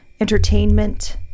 entertainment